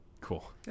Cool